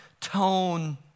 tone